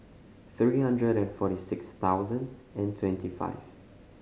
three hundred and forty six thousand and twenty five